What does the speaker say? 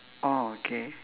oh K